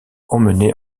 emmenés